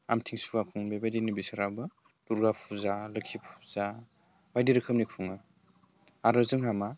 आमथिसुवा खुङो बेबायदिनो बिसोरहाबो दुर्गा फुजा लोखि फुजा बायदि रोखोमनि खुङो आरो जोंहा मा